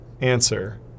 answer